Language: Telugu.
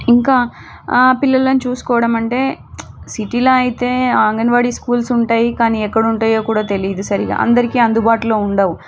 ఇంకా పిల్లలని చూసుకోవడం అంటే సిటీలో అయితే ఆ అంగన్వాడి స్కూల్స్ ఉంటాయి కానీ ఎక్కడుంటయో కూడా తెలీదు సరిగా అందరికీ అందుబాటులో ఉండవు